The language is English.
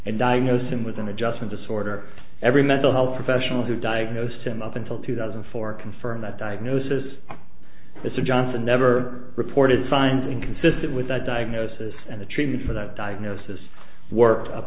and diagnosed him with an adjustment disorder every mental health professional who diagnosed him up until two thousand and four confirmed that diagnosis mr johnson never reported signs inconsistent with that diagnosis and the treatment for that diagnosis worked up